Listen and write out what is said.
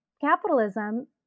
capitalism